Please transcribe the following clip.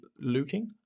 looking